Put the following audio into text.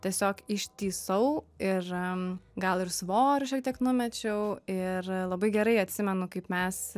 tiesiog ištįsau ir gal ir svorį šiek tiek numečiau ir labai gerai atsimenu kaip mes